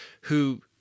who-